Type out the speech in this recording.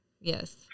Yes